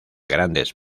grandes